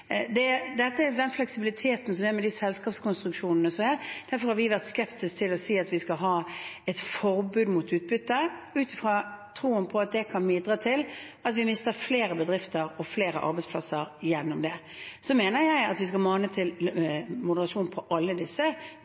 Dette er den fleksibiliteten som er med de selskapskonstruksjonene som er. Derfor har vi vært skeptiske til å si at vi skal ha et forbud mot utbytte, ut fra troen på at det kan bidra til at vi mister flere bedrifter og flere arbeidsplasser. Så mener jeg at vi skal mane til moderasjon hos alle disse